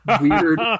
weird